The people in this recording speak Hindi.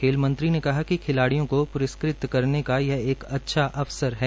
खेल मंत्री ने कहा कि खिलाड़ियों के प्रस्कृत करने का यह एक अच्छा अवसर है